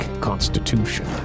constitution